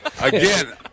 Again